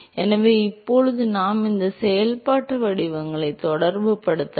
எனவே இப்போது நாம் இந்த செயல்பாட்டு வடிவங்களை தொடர்புபடுத்தலாம்